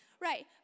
Right